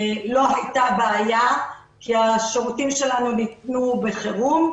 לא הייתה בעיה כי השירותים שלנו נתנו בחירום.